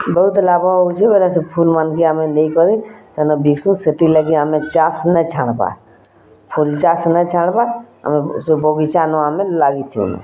ବହୁତ୍ ଲାଭ ହଉଛି ବଲେ ସେ ଫୁଲ୍ ମାନ୍କେ ଆମେ ନେଇକରି ସେନ ବିକ୍ସୁଁ ସେଥିଲାଗି ଆମେ ଚାଷ୍ ନାଇଁ ଛାଡ଼ବାର୍ ଫୁଲ୍ ଚାଷ୍ ନାଇଁ ଛାଡ଼ବାର୍ ଆମେ ସେ ବଗିଚା ନ ଆମେ ଲାଗିଥିନୁ